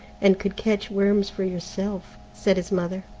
and could catch worms for yourself, said his mother,